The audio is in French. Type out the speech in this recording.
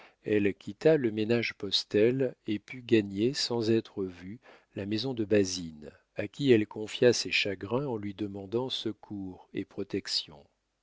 elle quitta le ménage postel et put gagner sans être vue la maison de basine à qui elle confia ses chagrins en lui demandant secours et protection